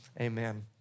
Amen